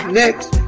next